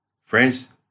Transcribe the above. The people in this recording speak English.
Friends